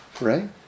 right